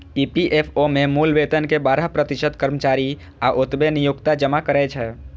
EPFO मे मूल वेतन के बारह प्रतिशत कर्मचारी आ ओतबे नियोक्ता जमा करै छै